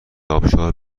ابشار